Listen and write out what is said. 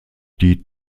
die